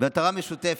מטרה משותפת.